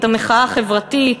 את המחאה החברתית,